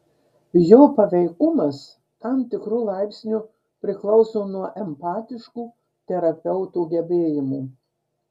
jo paveikumas tam tikru laipsniu priklauso nuo empatiškų terapeuto gebėjimų